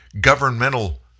governmental